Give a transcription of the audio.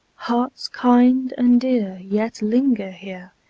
hearts kind and dear yet linger here,